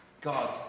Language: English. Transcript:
God